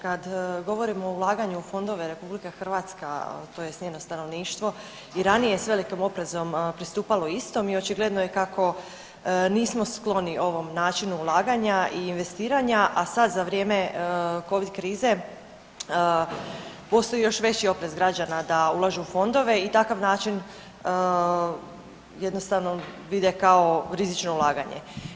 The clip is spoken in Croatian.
Kad govorimo o ulaganju u fondove, RH tj. njeno stanovništvo i ranije s velikim oprezom pristupalo istom i očigledno je kako nismo skloni ovom načinu ulaganja i investiranja, a sad za vrijeme Covid krize postoji još veći oprez građana da ulažu u fondove i takav način jednostavno vide kao rizično ulaganje.